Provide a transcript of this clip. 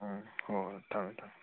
ꯎꯝ ꯍꯣꯏ ꯍꯣꯏ ꯊꯝꯃꯦ ꯊꯝꯃꯦ